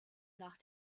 nach